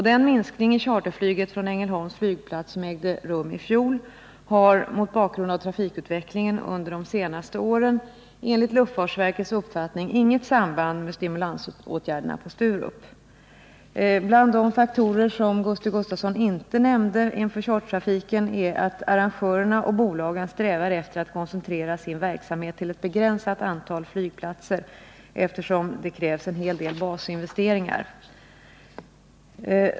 Den minskning i charterflyget från Ängelholms flygplats som ägde rum i fjol har, mot bakgrund av trafikutvecklingen under de senaste åren, enligt luftfartsverkets uppfattning inget samband med stimulansåtgärderna på Sturup. — Bland de faktorer som Gusti Gustavsson inte nämnt beträffande chartertrafiken är den att arrangörerna och bolagen strävar efter att koncentrera sin verksamhet till ett begränsat antal flygplatser, eftersom det krävs en hel del basinvesteringar.